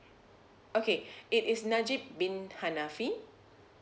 okay it is najib bin hanafi